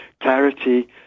clarity